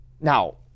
Now